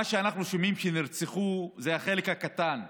מה שאנחנו שומעים שנרצחו, זה החלק הקטן.